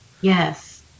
Yes